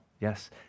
Yes